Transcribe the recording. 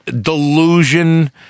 delusion